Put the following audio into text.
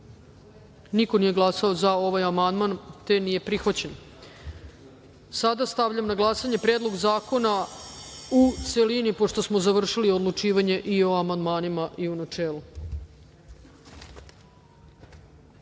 niko nije glasao za ovaj amandman, te nije prihvaćen. Stavljam na glasanje Predlog zakona u celini, pošto smo završili odlučivanje o amandmanima i u